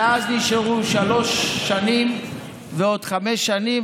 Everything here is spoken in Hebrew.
ואז נשארו שלוש שנים ועוד חמש שנים,